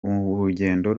urugendo